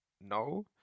No